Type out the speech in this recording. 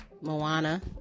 Moana